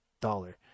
dollar